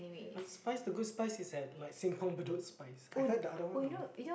uh spize the good spize is that like simpang-bedok spize I heard the other one already